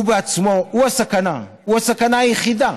היא הסכנה, היא הסכנה היחידה,